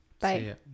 bye